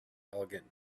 elegant